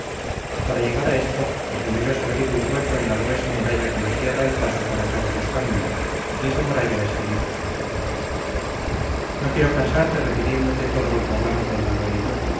para llegar a esto lo primero es abrir un hueco en la gruesa muralla que nos cierra el paso para todos los caminos y esta muralla es felipe no quiero cansarte refiriéndote todo lo que hablamos d manuel